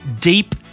Deep